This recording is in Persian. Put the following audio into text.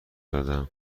دادم